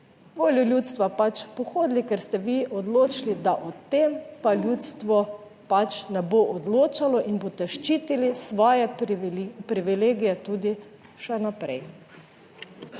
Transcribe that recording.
voljo ljudstva pač pohodili, ker ste vi odločili, da o tem pa ljudstvo pač ne bo odločalo in boste ščitili svoje privilegije tudi še naprej.